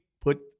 put